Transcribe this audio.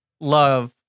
love